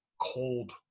cold